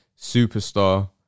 superstar